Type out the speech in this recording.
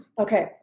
Okay